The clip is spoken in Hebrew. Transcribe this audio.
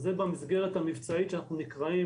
זה במסגרת המבצעית שאנחנו נקראים